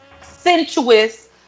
sensuous